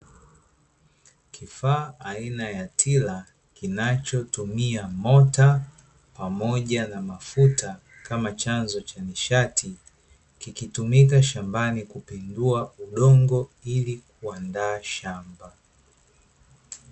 Kifaa aina ya tila kinachotumia mota pamoja na mafuta kama chanzo cha nishati, kikitumika shambani kupindua udongo ili kuandaa shamba.